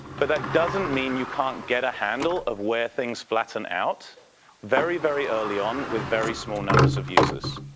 but that doesn't mean you can't get a handle of where things flatten out very, very early on with very small numbers of users.